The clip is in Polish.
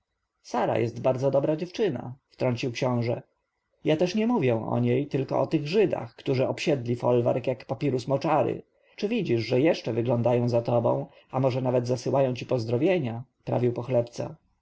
sara jest bardzo dobra dziewczyna wtrącił książę ja też nie mówię o niej tylko o tych żydach którzy obsiedli folwark jak papirus moczary czy widzisz że jeszcze wyglądają za tobą a może nawet zasyłają ci pozdrowienia prawił pochlebca